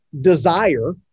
desire